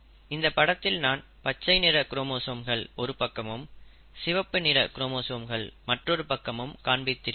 இந்த படத்தில் நான் பச்சை நிற குரோமோசோம்கள் ஒரு பக்கமும் சிவப்பு நிற குரோமோசோம்கள் மற்றொரு பக்கமும் காண்பித்திருக்கிறேன்